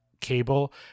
cable